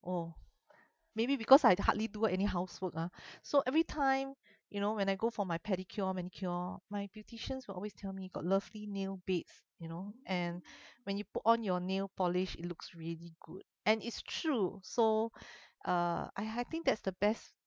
oh maybe because I hardly do work any housework ah so every time you know when I go for my pedicure manicure my beauticians will always tell me got lovely nail beds you know and when you put on your nail polish it looks really good and it's true so uh I I think that's the best